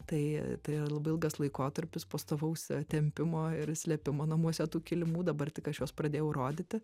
tai tai yra labai ilgas laikotarpis pastovaus tempimo ir slėpimo namuose tų kilimų dabar tik aš juos pradėjau rodyti